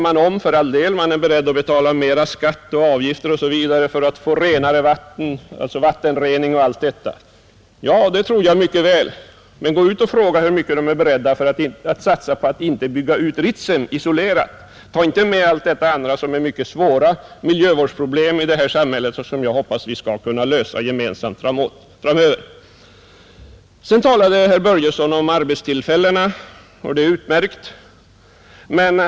Man är beredd att betala mera skatt, avgifter osv. för att få vattenrening och allt sådant, Ja, det tror jag mycket väl, men gå ut och fråga hur mycket man är beredd att satsa för att inte bygga ut Ritsem, men gör det isolerat och ta inte med alla dessa andra, mycket svåra miljöproblem i samhället, som jag hoppas att vi skall kunna lösa gemensamt framöver! Herr Börjesson i Glömminge talade om arbetstillfällena, och det är utmärkt.